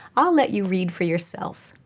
i'll let you read for yourself.